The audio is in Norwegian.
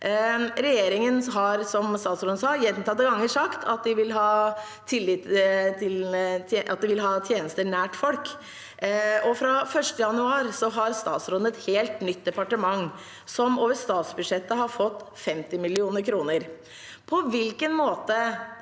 statsråden sa, gjentatte ganger sagt at de vil ha tjenester nær folk. Fra 1. januar har statsråden et helt nytt departement, som over statsbudsjettet har fått 50 mill. kr.